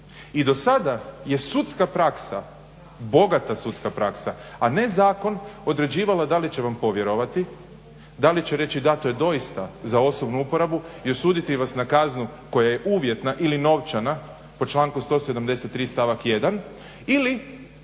I dosada je sudska praksa, bogata sudska praksa, a ne zakon određivala da li će vam povjerovati, da li će reći da to je doista za osobnu uporabu i osuditi vas na kaznu koja je uvjetna ili novčana po članku 173. stavak 1. ili